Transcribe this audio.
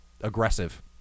aggressive